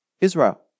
Israel